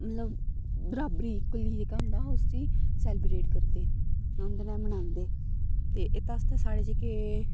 मतलव बराबर इयुक्ली जेह्ड़ा उस्सी सैलीब्रेट करदे ते उं'दे कन्नै मनांदे ते इत्त गल्ला साढ़े